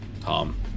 Tom